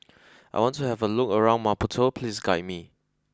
I want to have a look around Maputo please guide me